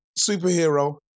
Superhero